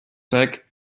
track